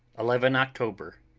eleven october,